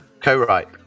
Co-write